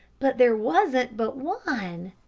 but there wasn't but one!